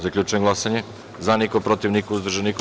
Zaključujem glasanje: za – niko, protiv – niko, uzdržan – niko.